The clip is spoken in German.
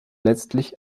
letztlich